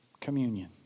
communion